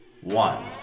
one